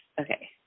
Okay